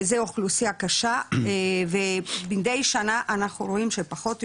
זה אוכלוסייה קשה ומידי שנה אנחנו רואים שפחות,